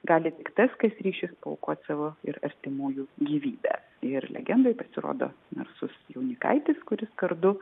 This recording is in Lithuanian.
gali tik tas kas ryšis paaukoti savo ir artimųjų gyvybę ir legendoj pasirodo narsus jaunikaitis kuris kardu